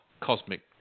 cosmic